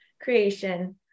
creation